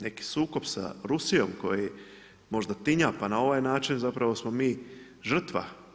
neki sukob sa Rusijom koji možda tinja, pa na ovaj način zapravo smo mi žrtva.